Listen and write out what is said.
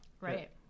right